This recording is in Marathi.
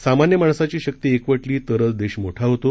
सामान्यमाणसाचीशक्तीएकवटलीतरचदेशमोठाहोतो